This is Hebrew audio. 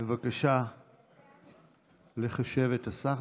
בבקשה לחשב את הסך